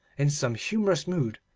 in some humourous mood,